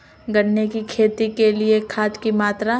गन्ने की खेती के लिए खाद की मात्रा?